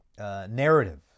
Narrative